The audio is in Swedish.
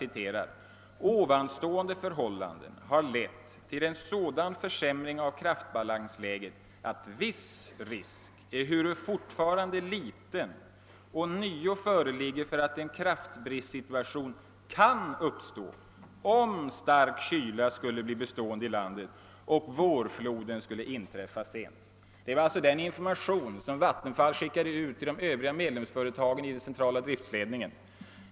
Vattenfall anför vissa förhållanden och skriver: »Ovanstående förhållanden har lett till en sådan försämring av kraftbalansläget att viss risk — ehuru fortfarande liten — ånyo föreligger för att en kraftbristsituation kan uppstå, om stark kyla skulle bli bestående i landet och vårfloden skulle inträffa sent.» Detta var alltså den information som Vattenfall skickade ut till medlemsföretagen i den centrala driftledningen.